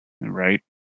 Right